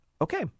Okay